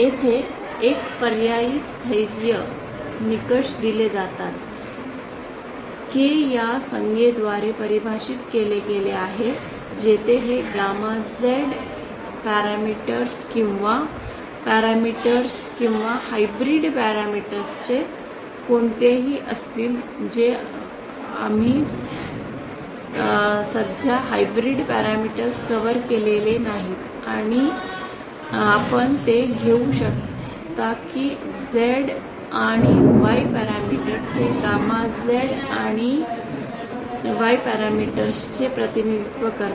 येथे एक पर्यायी स्थैर्य निकष दिले जातात के या संज्ञेद्वारे परिभाषित केले गेले आहे जेथे हे गॅमा झेड पॅरामीटर्स किंवा 3327 पॅरामीटर्स किंवा हायब्रिड पॅरामीटर्सचे कोणीही असतील जे आम्ही सध्या हायब्रिड पॅरामीटर्स कव्हर केलेले नाहीत आपण ते घेऊ शकता की झेड आणि वाय पॅरामीटर्स हे गॅमा झेड आणि वाय पॅरामीटर्सचे प्रतिनिधित्व करते